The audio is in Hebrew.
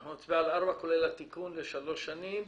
אנחנו נצביע על 4, כולל התיקון לשלוש שנים.